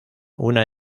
una